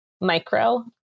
micro